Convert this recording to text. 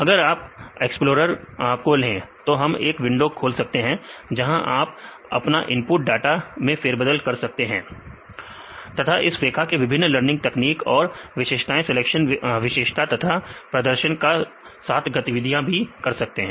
अगर आप एक्सप्लोरर खोलें तो हम एक विंडो खोल सकते हैं जहां आप अपना इनपुट डाटा ने फेरबदल कर सकते हैं तथा इस वेका को विभिन्न मशीन लर्निंग तकनीक और विशेषताएं सलेक्शन विशेषता तथा प्रदर्शन के साथ गतिविधियां कर सकते हैं